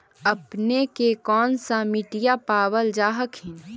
अपने के कौन सा मिट्टीया पाबल जा हखिन?